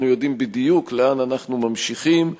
אנחנו יודעים בדיוק לאן אנחנו ממשיכים.